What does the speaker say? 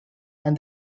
and